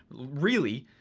really,